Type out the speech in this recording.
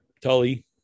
Tully